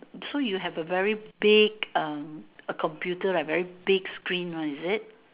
so you have a very big um a computer like a very big screen one is it